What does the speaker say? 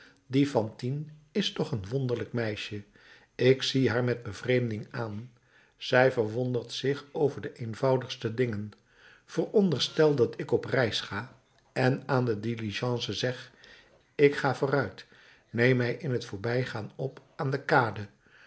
die fantine is toch een wonderlijk meisje ik zie haar met bevreemding aan zij verwondert zich over de eenvoudigste dingen veronderstel dat ik op reis ga en aan de diligence zeg ik ga vooruit neem mij in t voorbijgaan op aan de kade